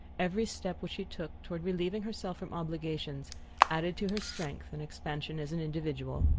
every step which she took toward relieving herself from obligations added to her strength and expansion as an individual.